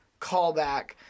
callback